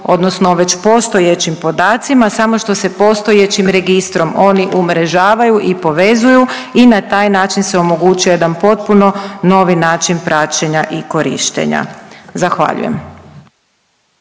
odnosno već postojećim podacima samo što se postojećim registrom oni umrežavaju i povezuju i na taj način se omogućuje jedan potpuno novi način praćenja i korištenja. Zahvaljujem.